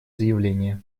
заявление